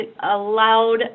allowed